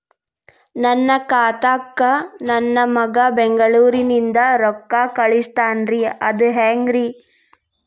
ನನ್ನ ಖಾತಾಕ್ಕ ನನ್ನ ಮಗಾ ಬೆಂಗಳೂರನಿಂದ ರೊಕ್ಕ ಕಳಸ್ತಾನ್ರಿ ಅದ ಹೆಂಗ್ರಿ?